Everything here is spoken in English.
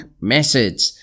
message